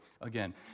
Again